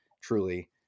truly